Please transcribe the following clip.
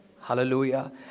Hallelujah